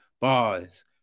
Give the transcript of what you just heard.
bars